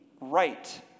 right